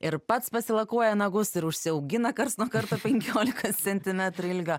ir pats pasilakuoja nagus ir užsiaugina karts nuo karto penkiolikos centimetrų ilgio